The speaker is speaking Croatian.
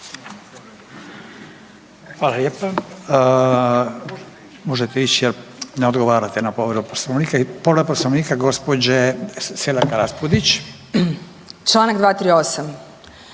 Hvala lijepa. Možete ići. Ne odgovarate na povredu Poslovnika. Povreda Poslovnika gospođe Selak Raspudić. **Selak